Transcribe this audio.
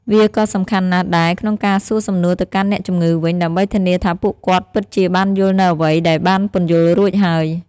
វាក៏សំខាន់ណាស់ដែរក្នុងការសួរសំណួរទៅកាន់អ្នកជំងឺវិញ ដើម្បីធានាថាពួកគាត់ពិតជាបានយល់នូវអ្វីដែលបានពន្យល់រួចហើយ។